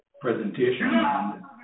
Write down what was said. presentation